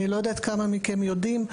אני לא יודעת כמה מכם יודעים,